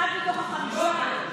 אחד מתוך החמישה.